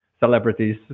celebrities